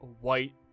white